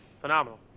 phenomenal